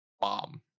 Bomb